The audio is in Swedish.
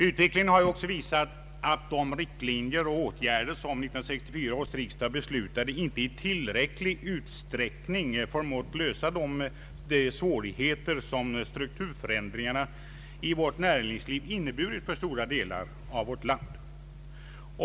Utvecklingen har visat att de riktlinjer och åtgärder som 1964 års riksdag beslutade inte i tillräcklig utsträckning förmått lösa de svårigheter som strukturförändringarna i vårt näringsliv inneburit för stora delar av vårt land.